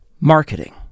marketing